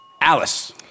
Alice